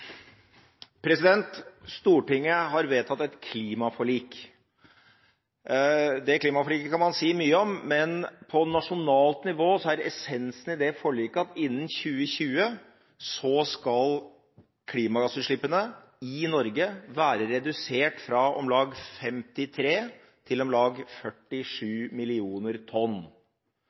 Stortinget har vedtatt et klimaforlik. Det klimaforliket kan man si mye om, men på nasjonalt nivå er essensen i forliket at innen 2020 skal klimagassutslippene i Norge være redusert fra om lag 53 til om lag 47 millioner tonn.